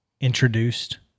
introduced